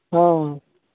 हँ